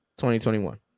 2021